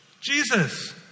Jesus